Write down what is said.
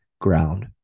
ground